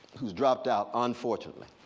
who's dropped out unfortunately.